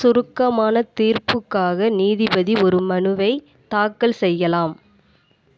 சுருக்கமான தீர்ப்புக்காக நீதிபதி ஒரு மனுவை தாக்கல் செய்யலாம்